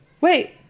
wait